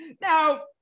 now